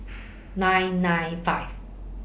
nine nine five